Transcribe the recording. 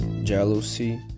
Jealousy